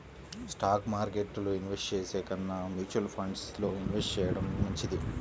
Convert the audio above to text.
stock మార్కెట్టులో invest చేసే కన్నా మ్యూచువల్ ఫండ్స్ లో ఇన్వెస్ట్ చెయ్యడం మంచిది